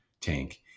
Tank